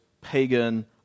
pagan